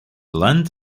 land